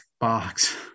box